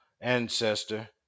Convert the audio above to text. ancestor